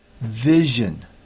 Vision